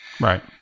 Right